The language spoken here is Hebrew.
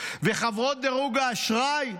וחברות דירוג האשראי,